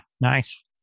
nice